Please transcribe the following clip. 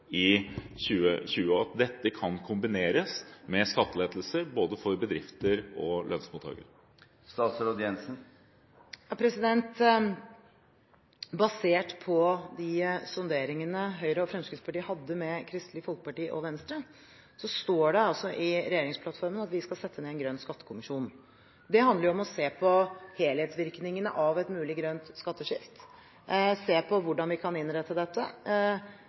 i 2020, og at dette kan kombineres med skattelettelser for både bedrifter og lønnsmottakere? Basert på de sonderingene Høyre og Fremskrittspartiet hadde med Kristelig Folkeparti og Venstre, står det i regjeringsplattformen at vi skal sette ned en grønn skattekommisjon. Det handler om å se på helhetsvirkningene av et mulig grønt skatteskifte, se på hvordan vi kan innrette dette